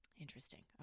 Interesting